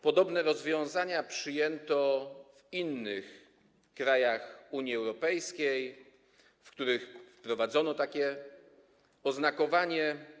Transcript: Podobne rozwiązania przyjęto w innych krajach Unii Europejskiej, w których wprowadzono takie oznakowanie.